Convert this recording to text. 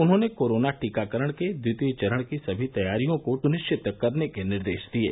उन्होंने कोरोना टीकाकरण के द्वितीय चरण की समी तैयारियां समय पर सुनिश्चित करने के निर्देश दिये